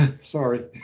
sorry